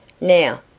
Now